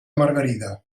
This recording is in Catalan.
margarida